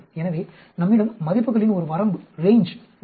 எனவே நம்மிடம் மதிப்புகளின் ஒரு வரம்பு உள்ளது